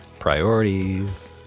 priorities